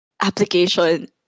application